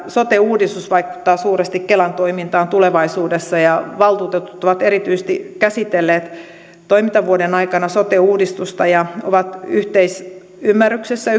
sote uudistus vaikuttaa suuresti kelan toimintaan tulevaisuudessa valtuutetut ovat erityisesti käsitelleet toimintavuoden aikana sote uudistusta ja ovat yhteisymmärryksessä